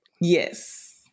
Yes